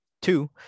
Two